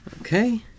Okay